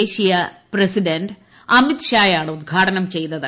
ദേശീയ പ്രസിഡന്റ് അമിത്ഷായാണ് ഉദ്ഘാടനം ചെയ്തത്